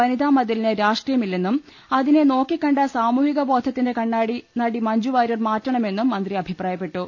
വനിതാമതിലിന് രാഷ്ട്രീയമില്ലെന്നും അതിനെ നോക്കിക്കണ്ട സാമൂഹികബോധത്തിന്റെകണ്ണാടി നടി മഞ്ജുവാര്യർ മാറ്റണമെന്നും മന്ത്രി അഭിപ്രായപ്പെട്ടു